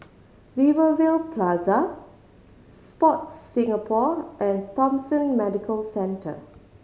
Rivervale Plaza Sport Singapore and Thomson Medical Centre